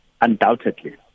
Undoubtedly